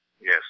Yes